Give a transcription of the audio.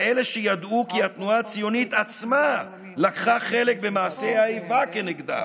כאלה שידעו כי התנועה הציונית עצמה לקחה חלק במעשי האיבה כנגדם.